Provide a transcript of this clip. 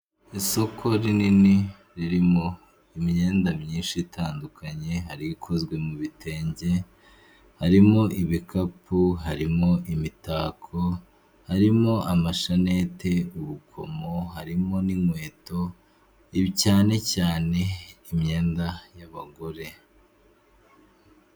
Isoko rinini ririmo imyenda myinshi itandukanye, hari ikozwe mu bi bitenge, harimo ibikapu, harimo imitako, harimo amashanete, udukomo harimo n'inkweto cyane cyane imyenda y'abagore.